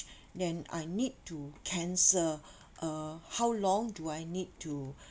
then I need to cancel uh how long do I need to